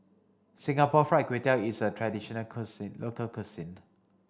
Singapore Fried Kway Tiao is a traditional cuisine local cuisine